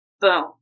Boom